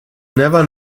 never